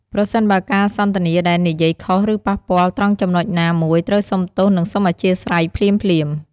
ប្រសិនបើការសន្ទនាដែលនិយាយខុសឬប៉ះពាល់ត្រង់ចំណុចណាមួយត្រូវសុំទោសនិងសុំអធ្យាស្រ័យភ្លាមៗ។